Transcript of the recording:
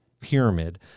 pyramid